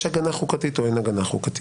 יש הגנה חוקתית או אין הגנה חוקתית.